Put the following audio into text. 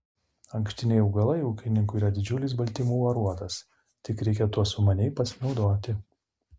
ankštiniai augalai ūkininkui yra didžiulis baltymų aruodas tik reikia tuo sumaniai pasinaudoti